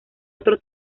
otro